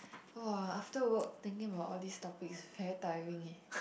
!wah! after work thinking about all these topics is very tiring eh